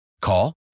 Call